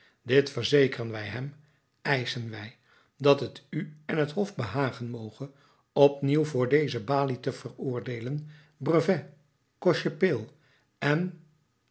slagen dit verzekeren wij hem eischen wij dat het u en het hof behagen moge opnieuw voor deze balie de veroordeelden brevet cochepaille en